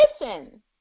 listen